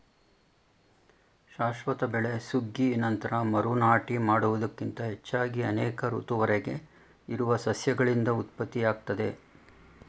ಶಾಶ್ವತ ಬೆಳೆ ಸುಗ್ಗಿ ನಂತ್ರ ಮರು ನಾಟಿ ಮಾಡುವುದಕ್ಕಿಂತ ಹೆಚ್ಚಾಗಿ ಅನೇಕ ಋತುವರೆಗೆ ಇರುವ ಸಸ್ಯಗಳಿಂದ ಉತ್ಪತ್ತಿಯಾಗ್ತದೆ